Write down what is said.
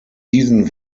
diesen